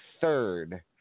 third